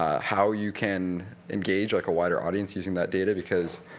how you can engage like a wider audience using that data, because